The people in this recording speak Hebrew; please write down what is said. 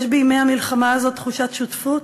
יש בימי המלחמה הזאת תחושת שותפות